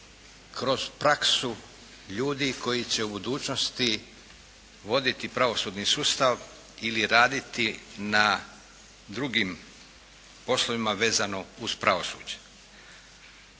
kroz praksu ljudi koji će u budućnosti voditi pravosudni sustav ili raditi na drugim poslovima vezano uz pravosuđe.